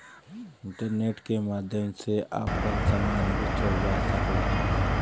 internet के माध्यम से आपन सामान बेचल जा सकला